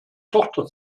tochter